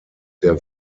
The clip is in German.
der